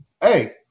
Hey